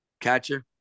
catcher